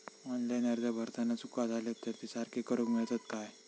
Online अर्ज भरताना चुका जाले तर ते सारके करुक मेळतत काय?